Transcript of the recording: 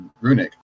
runic